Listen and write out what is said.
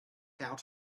out